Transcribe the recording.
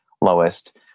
lowest